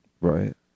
Right